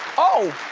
oh,